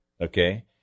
okay